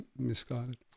misguided